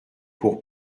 pour